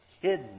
hidden